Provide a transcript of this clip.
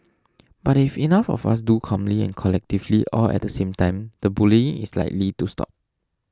but if enough of us do calmly and collectively all at the same time the bullying is likely to stop